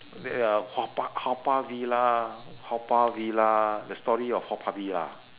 ya haw par haw par villa haw par villa the story of haw par villa